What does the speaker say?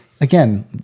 again